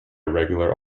regular